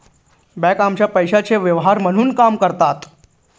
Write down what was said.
बँका आमच्या पैशाचे व्यवहार म्हणून काम करतात